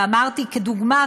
ואמרתי כדוגמה,